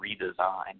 redesign